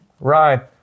Right